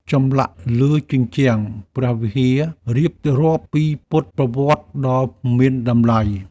ចម្លាក់លើជញ្ជាំងព្រះវិហារ រៀបរាប់ពីពុទ្ធប្រវត្តិដ៏មានតម្លៃ។